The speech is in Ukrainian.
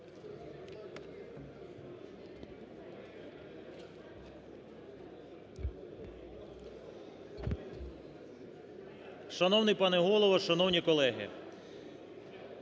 Шановний пане Голово! Шановні колеги!